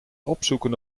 opzoeken